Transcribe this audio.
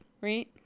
right